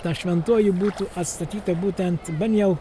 ta šventoji būtų atstatyta būtent ben jau